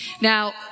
Now